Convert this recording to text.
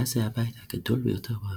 זה היה הבית הגדול ביותר ברחוב.